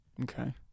Okay